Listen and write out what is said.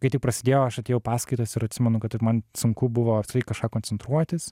kai tik prasidėjo aš atėjau į paskaitas ir atsimenu kad man sunku buvo apskritai į kažką koncentruotis